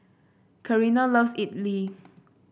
Carina loves idly